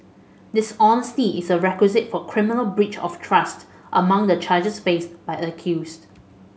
dishonesty is a requisite for criminal breach of trust among the charges faced by accused